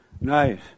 Nice